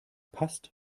passt